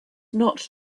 not